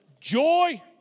joy